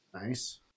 Nice